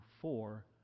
four